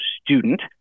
student